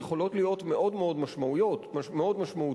יכולות להיות מאוד-מאוד משמעותיות.